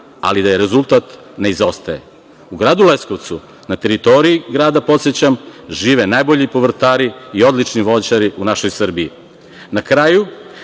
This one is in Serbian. ali da rezultat ne izostaje.U gradu Leskovcu, na teritoriji grada, podsećam, žive najbolji povrtari i odlični voćari u našoj Srbiji. Na kraju,